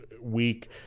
week